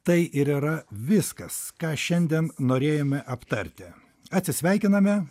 tai ir yra viskas ką šiandien norėjome aptarti atsisveikiname